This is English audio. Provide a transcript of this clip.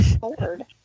bored